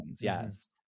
Yes